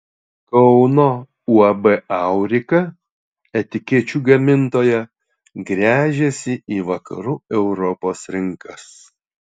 kauno uab aurika etikečių gamintoja gręžiasi į vakarų europos rinkas